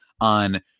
on